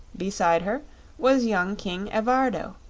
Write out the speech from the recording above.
beside her was young king evardo,